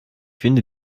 finde